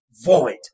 void